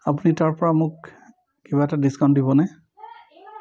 আপুনি তাৰপৰা মোক কিবা এটা ডিছকাউণ্ট দিবনে